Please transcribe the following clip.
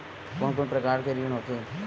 कोन कोन प्रकार के ऋण होथे?